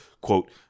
quote